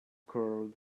curled